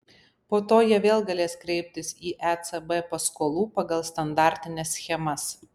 po to jie vėl galės kreiptis į ecb paskolų pagal standartines schemas